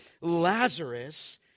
Lazarus